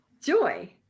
Joy